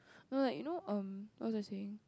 no like you know um what was I saying